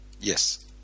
Yes